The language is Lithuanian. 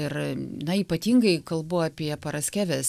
ir na ypatingai kalbu apie paraskevės